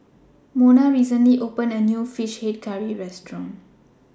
Monna recently opened A New Fish Head Curry Restaurant